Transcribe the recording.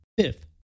Fifth